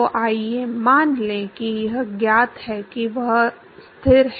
तो आइए मान लें कि यह ज्ञात है कि यह स्थिर है